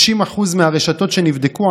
60% מהרשתות שנבדקו,